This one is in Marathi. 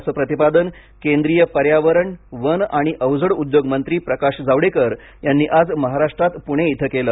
असे प्रतिपादन केंद्रीय पर्यावरण वन आणि अवजड उदयोग मंत्री प्रकाश जावडेकर यांनी आज महाराष्ट्रात प्णे इथं केलं